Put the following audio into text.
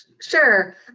Sure